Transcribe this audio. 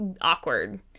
awkward